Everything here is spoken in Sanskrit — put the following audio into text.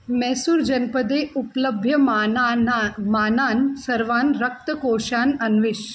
मेसूर् जनपदे उपलभ्यमानान् मानान् सर्वान् रक्तकोषान् अन्विष